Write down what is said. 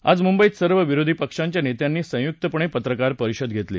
आज मुंबईत सर्व विरोधी पक्षांच्या नेत्यांनी संयुक्तपणे पत्रकार परिषद घेतली